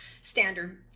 standard